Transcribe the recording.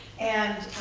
and,